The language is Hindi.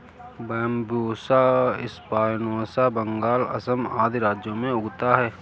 बैम्ब्यूसा स्पायनोसा बंगाल, असम आदि राज्यों में उगता है